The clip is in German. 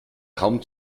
kaum